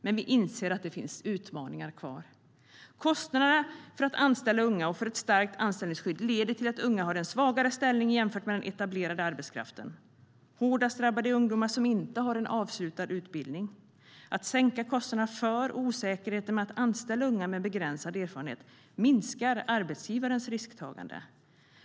Men vi inser att det finns utmaningar kvar. Att sänka kostnaderna för och osäkerheten i att anställa unga med begränsad erfarenhet minskar arbetsgivarens risktagande.